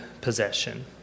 possession